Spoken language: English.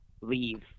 leave